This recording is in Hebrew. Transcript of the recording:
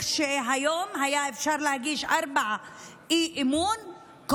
סיבות להגיש אי-אמון בממשלה